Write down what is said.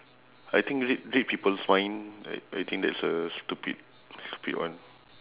I think read read people's mind I I think that's a stupid stupid one